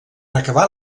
acabar